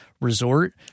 resort